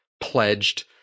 pledged